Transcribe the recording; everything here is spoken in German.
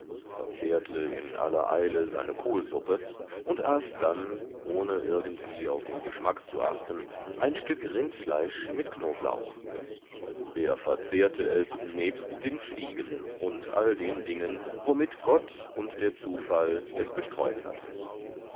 verzehrte in aller eile seine kohlsuppe und aß dann ohne irgendwie auf den geschmack zu achten ein stück rindfleisch mit knoblauch er verzehrte es nebst den fliegen und all den dingen womit gott und der zufall es bestreut hatten